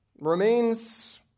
remains